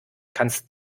kannst